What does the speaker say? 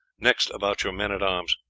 next about your men-at-arms,